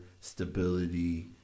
stability